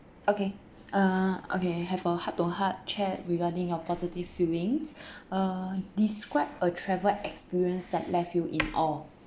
okay uh okay have a heart to heart chat regarding your positive feelings uh describe a travel experience that left you in awe